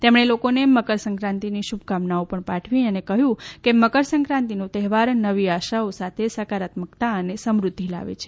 તેમણે લોકોને મકરસંક્રાતિની શુભકામનાઓ પણ પાઠવી અને કહ્યુ કે મકરસંક્રાંતિનો તહેવાર નવી આશાઓ સાથે સકારાત્મકતા અને સમૃદ્ધિ લાવે છે